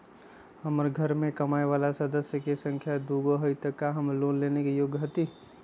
हमार घर मैं कमाए वाला सदस्य की संख्या दुगो हाई त हम लोन लेने में योग्य हती?